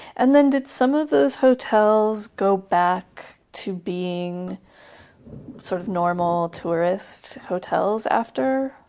and then did some of those hotels go back to being sort of normal tourist hotels after?